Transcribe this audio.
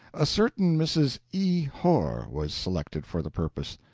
a certain mrs. e. horr was selected for the purpose.